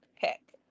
pick